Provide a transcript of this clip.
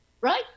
right